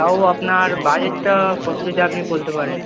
তাও আপনার বাজেটটা কতো যদি আপনি বলতে পারেন